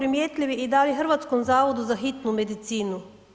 i dalje Hrvatskom zavodu za hitnu medicinu.